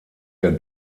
der